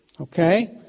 Okay